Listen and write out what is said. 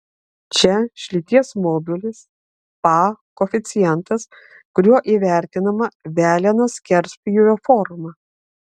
čia šlyties modulis pa koeficientas kuriuo įvertinama veleno skerspjūvio forma